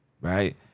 right